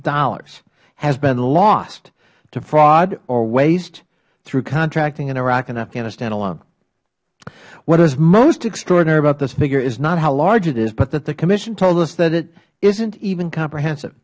billion has been lost to fraud or waste through contracting in iraq and afghanistan alone what is most extraordinary about this figure is not how large it is but that the commission told us that it isnt even comprehensive